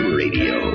radio